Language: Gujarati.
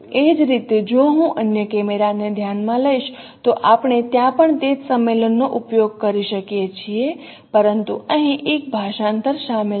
એ જ રીતે જો હું અન્ય કેમેરાને ધ્યાનમાં લઈશ તો આપણે ત્યાં પણ તે જ સંમેલનનો ઉપયોગ કરી શકીએ છીએ પરંતુ અહીં એક ભાષાંતર શામેલ છે